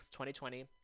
2020